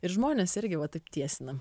ir žmonės irgi vat taip tiesina